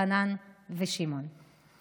חנן ושמעון.